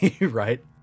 Right